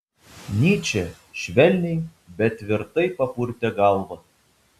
nyčė švelniai bet tvirtai papurtė galvą